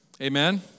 Amen